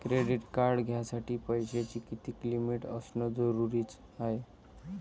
Credit card घ्यासाठी पैशाची कितीक लिमिट असनं जरुरीच हाय?